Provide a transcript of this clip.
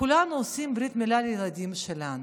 כולנו עושים ברית מילה לילדים שלנו,